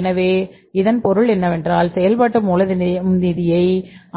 எனவே இதன் பொருள் என்னவென்றால் செயல்பாட்டு மூலதன நிதியை